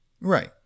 Right